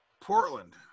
Portland